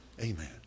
Amen